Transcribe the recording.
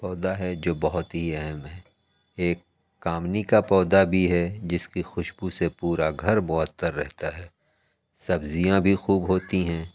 پودا ہے جو بہت ہی اہم ہے ایک کامنی کا پودا بھی ہے جس کی خوشبو سے پورا گھر معطر رہتا ہے سبزیاں بھی خوب ہوتی ہیں